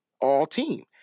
all-team